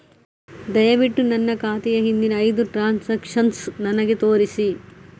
ದಯವಿಟ್ಟು ನನ್ನ ಖಾತೆಯ ಹಿಂದಿನ ಐದು ಟ್ರಾನ್ಸಾಕ್ಷನ್ಸ್ ನನಗೆ ತೋರಿಸಿ